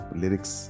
lyrics